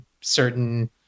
certain